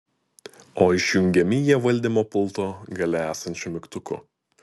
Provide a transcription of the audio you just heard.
o išjungiami jie valdymo pulto gale esančiu mygtuku